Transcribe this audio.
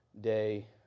day